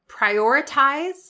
prioritize